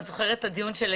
את זוכרת את הדיון של אתמול.